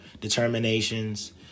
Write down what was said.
determinations